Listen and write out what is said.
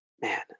Man